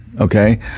Okay